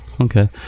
Okay